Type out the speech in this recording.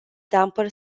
damper